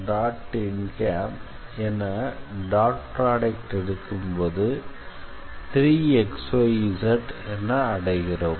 n என dot product எடுக்கும்போது 3xyz என அடைகிறோம்